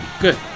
good